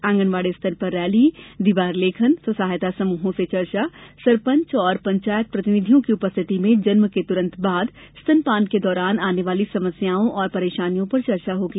आँगनवाड़ी स्तर पर रैली दीवार लेखन स्व सहायता समूहों से चर्चा संरपंच एवं पंचायत प्रतिनिधियों की उपस्थिति में जन्म के तुरन्त बाद स्तनपान के दौरान आने वाली समस्याओं और परेशानियों पर चर्चा होगी